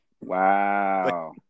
Wow